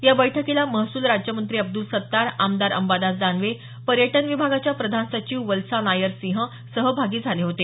या बैठकीला महसूल राज्यमंत्री अब्दूल सत्तार आमदार अंबादास दानवे पर्यटन विभागाच्या प्रधान सचिव वल्सा नायर सिंह सहभागी झाले होते